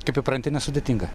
kaip įpranti nesudėtinga